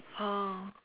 oh